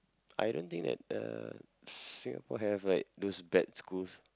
I don't think that uh Singapore have like those bad schools